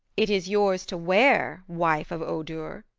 it is yours to wear, wife of odur,